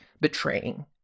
betraying